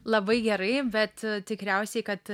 labai gerai bet tikriausiai kad